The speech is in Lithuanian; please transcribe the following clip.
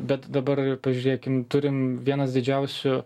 bet dabar pažiūrėkim turim vienas didžiausių